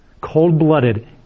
cold-blooded